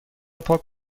پاک